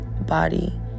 body